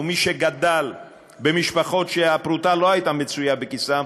מי שגדלו במשפחות שהפרוטה לא הייתה מצויה בכיסן,